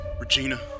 Regina